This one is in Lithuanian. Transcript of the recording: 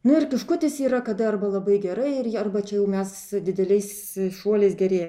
nu ir kiškutis yra kad arba labai gerai ir arba čia jau mes su dideliais šuoliais gerėja